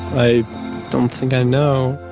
i don't think i know.